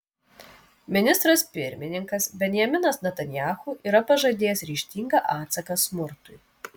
ministras pirmininkas benjaminas netanyahu yra pažadėjęs ryžtingą atsaką smurtui